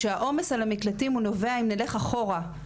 העומס על המקלטים הוא עוד מהקורונה,